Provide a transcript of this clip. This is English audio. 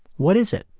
what is it?